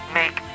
make